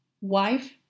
wife